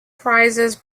prizes